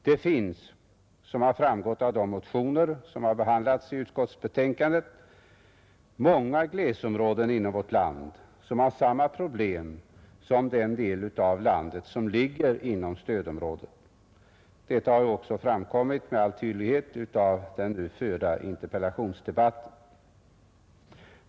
Det finns — vilket har framgått av de motioner som behandlas i utskottsbetänkandet — många glesområden i vårt land med samma problem som den del av landet som ligger inom stödområdet. Detta har också framkommit med all tydlighet i den just förda interpellationsdebatten.